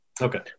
Okay